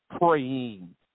praying